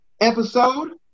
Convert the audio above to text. episode